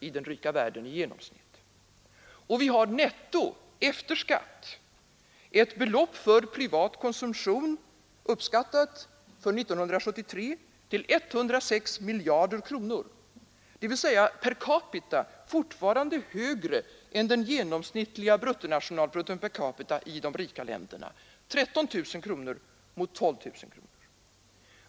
Och vi har netto, alltså efter skatt, för privat konsumtion ett belopp uppskattat för 1973 till 106 miljarder kronor, dvs. per capita fortfarande högre än den genomsnittliga bruttonationalprodukten per capita i de rika länderna: 13 000 kronor mot 12 000 kronor.